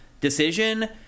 decision